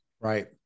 right